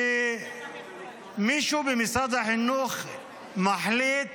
שמישהו במשרד החינוך מחליט